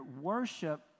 worship